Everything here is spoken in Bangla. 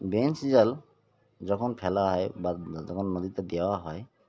বেঞ্চ জাল যখন ফেলা হয় বা যখন নদীতে দেওয়া হয়